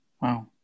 Wow